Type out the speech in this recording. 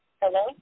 Hello